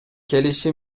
келиши